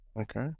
Okay